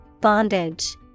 Bondage